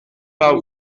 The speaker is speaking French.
pas